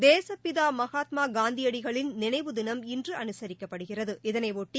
தேசப்பிதா மகாத்மா காந்தியடிகளின் நினைவு தினம் இன்று அனுரிக்கப்படுகிறது இதனைபொட்டி